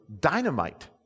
dynamite